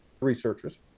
Researchers